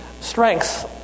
strengths